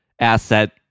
asset